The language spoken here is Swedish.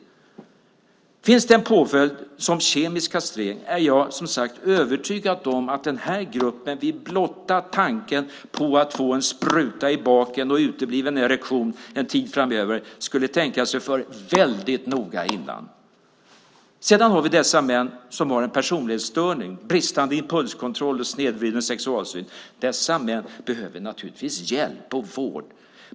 Om det fanns en påföljd som kemisk kastrering är jag som sagt övertygad om att den här gruppen vid blotta tanken på att få en spruta i baken och utebliven erektion en tid framöver skulle tänka sig för väldigt noga innan. Den andra typen är de män som har en personlighetsstörning, bristande impulskontroll och snedvriden sexualsyn. Dessa män behöver naturligtvis hjälp och vård.